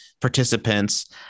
participants